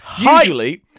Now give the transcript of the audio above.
usually